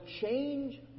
change